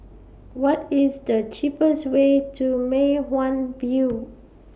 What IS The cheapest Way to Mei Hwan View